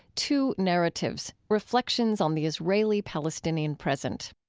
two narratives reflections on the israeli palestinian present.